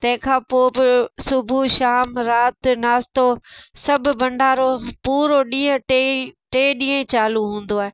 तंहिंखा पोइ बि सुबुह शाम राति नाशतो सभु भंडारो पूरो ॾींहं टे टे ॾींहं चालू हूंदो आहे